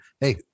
Hey